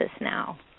now